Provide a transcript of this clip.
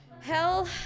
Hell